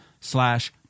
slash